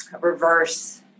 reverse